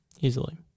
Easily